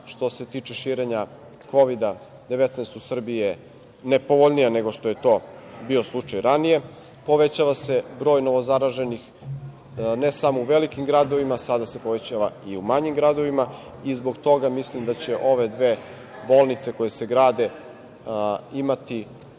što se tiče širenja Kovida-19 u Srbiji, je nepovoljnija nego što je to bio slučaj ranije. Povećava se broj novozaraženih ne samo u velikim gradovima. Sada se povećava i u manjim gradovima. Zbog toga mislim da će ove dve bolnice, koje se grade, imati